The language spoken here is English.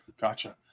Gotcha